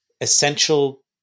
essential